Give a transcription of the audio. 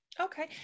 Okay